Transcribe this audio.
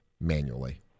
manually